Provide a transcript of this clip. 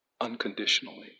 unconditionally